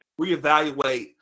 reevaluate